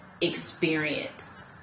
experienced